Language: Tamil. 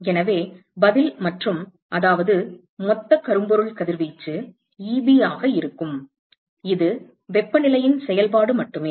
எனவே பதில் மற்றும் அதாவது மொத்த கரும்பொருள் கதிர்வீச்சு Eb ஆக இருக்கும் இது வெப்பநிலையின் செயல்பாடு மட்டுமே